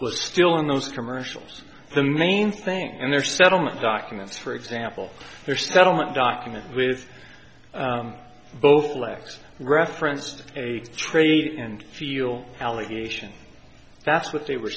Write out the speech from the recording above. we're still on those commercials the main thing and their settlement documents for example their settlement document with both legs referenced a trade and feel allegation that's what they were